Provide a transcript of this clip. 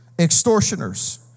extortioners